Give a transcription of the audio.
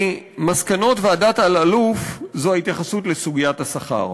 במסקנות ועדת אלאלוף זה ההתייחסות לסוגיית השכר.